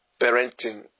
parenting